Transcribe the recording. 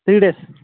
three days